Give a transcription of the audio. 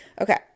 okay